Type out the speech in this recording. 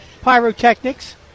pyrotechnics